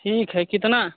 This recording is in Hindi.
ठीक है कितना